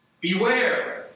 Beware